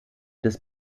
des